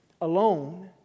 alone